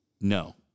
No